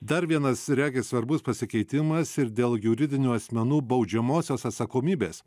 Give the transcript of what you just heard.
dar vienas regis svarbus pasikeitimas ir dėl juridinių asmenų baudžiamosios atsakomybės